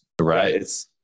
right